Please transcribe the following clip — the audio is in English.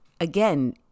again